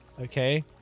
Okay